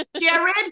Jared